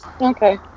Okay